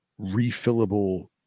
refillable